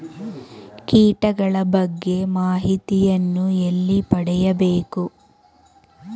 ಕೀಟಗಳ ಬಗ್ಗೆ ಮಾಹಿತಿಯನ್ನು ಎಲ್ಲಿ ಪಡೆಯಬೇಕು?